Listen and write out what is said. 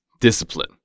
discipline